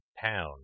town